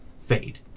fade